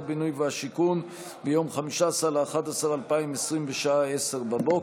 הבינוי והשיכון ביום 15 בנובמבר 2020 בשעה 10:00,